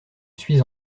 suis